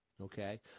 okay